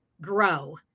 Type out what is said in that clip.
grow